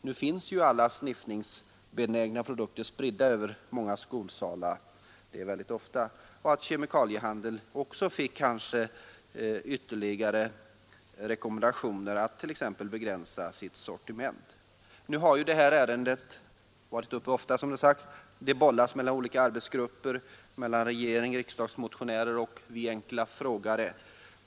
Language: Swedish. Nu finns ju alla sniffningsbenägna produkter mycket ofta spridda i många skolsalar. Därtill kunde kanske också kemikaliehandeln få ytterligare rekommendationer att t.ex. begränsa sitt sortiment. Nu har detta ärende varit uppe ofta till debatt. Det bollas mellan olika arbetsgrupper, mellan regeringen, riksdagsmotionärer och oss ”enkla frågare”.